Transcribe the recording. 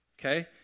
okay